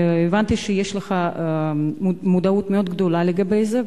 הבנתי שיש לך מודעות מאוד גדולה לזה,